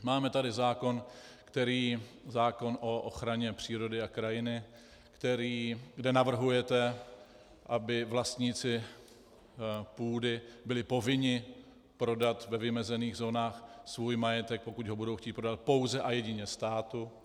Máme tady zákon o ochraně přírody a krajiny, kde navrhujete, aby vlastníci půdy byli povinni prodat ve vymezených zónách svůj majetek, pokud ho budou chtít prodat, pouze a jedině státu.